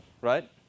right